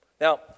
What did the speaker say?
Now